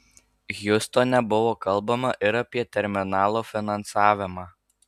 hjustone buvo kalbama ir apie terminalo finansavimą